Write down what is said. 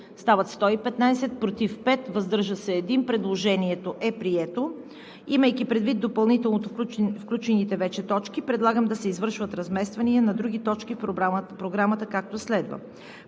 за 115, против 5, въздържал се 1. Предложението е прието. Имайки предвид допълнително включените вече точки, предлагам да се извършат размествания на други точки в Програмата, както следва: